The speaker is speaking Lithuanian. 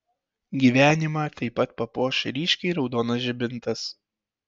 gyvenimą taip pat papuoš ryškiai raudonas žibintas